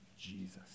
Jesus